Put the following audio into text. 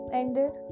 ended